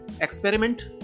experiment